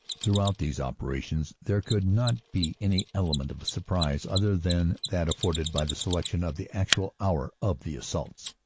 throughout these operations there could not be any ele. ment of surprise, other than that afforded by the selection of the actual hour of the assaults.